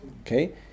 Okay